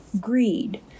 greed